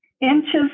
inches